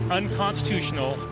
unconstitutional